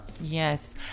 Yes